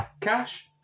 cash